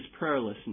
prayerlessness